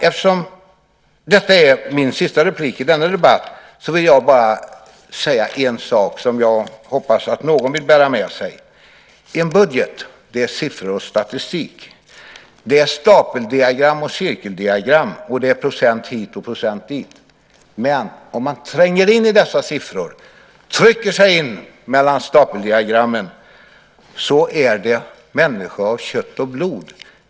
Eftersom detta är min sista replik i denna debatt vill jag säga en sak som jag hoppas att någon vill bära med sig. En budget är siffror och statistik. Det är stapeldiagram och cirkeldiagram, och det är procent hit och procent dit. Men om man tränger in i dessa siffror, trycker sig in mellan stapeldiagrammen, är det människor av kött och blod.